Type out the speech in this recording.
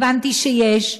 הבנתי שיש,